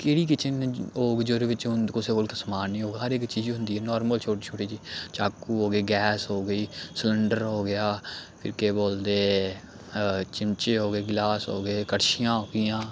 केह्ड़ी किचन न होर जेहदे बिच्च कुसै कोल समान निं होग हर इक चीज़ होंदी ऐ नार्मल छोटी छोटी चीज चाकू हो गे गैस हो गेई सलंडर हो गेआ फिर केह् बोलदे चिमचे हो गे गलास हो गे कड़छियां हो गेइयां